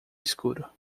escuro